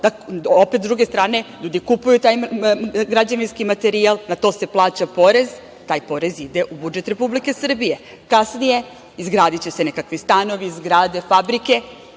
Opet, s druge strane, ljudi kupuju taj građevinski materijal, na to se plaća porez, taj porez ide u budžet Republike Srbije. Kasnije, izgradiće se nekakvi stanovi, zgrade, fabrike,